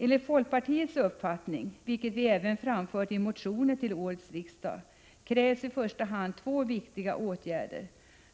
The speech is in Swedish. Enligt folkpartiets uppfattning, vilket vi även framfört i motioner till årets riksdag, krävs i första hand två viktiga åtgärder: